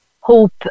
hope